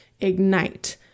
ignite